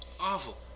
awful